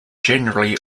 generally